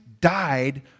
died